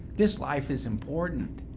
this life is important,